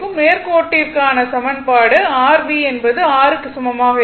நேர் கோட்டிற்கான சமன்பாடு r V எனபது r க்கு சமமாக இருக்கும்